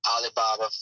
Alibaba